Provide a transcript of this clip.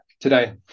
today